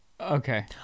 Okay